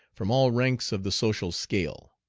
from all ranks of the social scale.